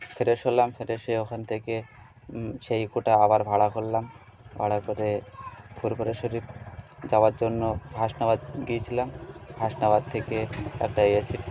fresh হলাম fresh হয়ে ওখান থেকে সেই ইকোটা আবার ভাড়া করলাম ভাড়া করে ফুরফুরা শরিফ যাওয়ার জন্য হাসনাবাদ গিয়েছিলাম হাসনাবাদ থেকে একটা এসি